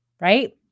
right